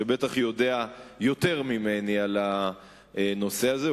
שבטח יודע יותר ממני על הנושא הזה,